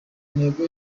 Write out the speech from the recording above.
intego